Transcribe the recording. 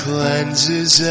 Cleanses